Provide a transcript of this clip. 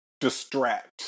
distract